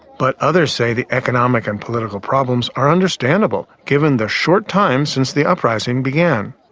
but others say the economic and political problems are understandable given the short time since the uprising began.